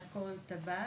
אלכוהול וטבק.